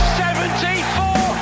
74